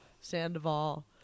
Sandoval